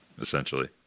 essentially